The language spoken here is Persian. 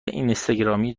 اینستاگرامی